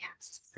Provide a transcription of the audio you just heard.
Yes